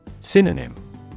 Synonym